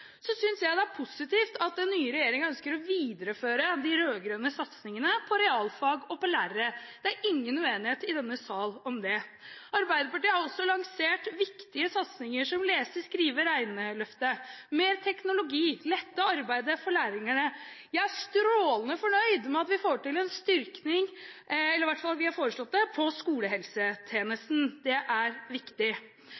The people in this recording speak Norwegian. Så synes jeg det er positivt at den nye regjeringen ønsker å videreføre de rød-grønne satsingene på realfag og på lærere. Det er ingen uenighet i denne sal om det. Arbeiderpartiet har også lansert viktige satsinger som lese-, skrive- og regneløftet, mer teknologi, lette arbeidet for lærerne. Jeg er strålende fornøyd med at vi får til – vi har i hvert fall foreslått det – en styrking av skolehelsetjenesten. Det